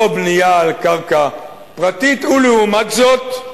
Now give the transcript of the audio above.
לא בנייה על קרקע פרטית, ולעומת זאת,